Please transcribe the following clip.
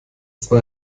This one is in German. zwar